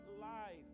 life